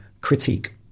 critique